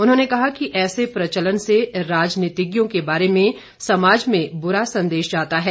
उन्होंने कहा कि ऐसे प्रचलन से राजनीतिज्ञों के बारे में समाज में बुरा संदेश जाता है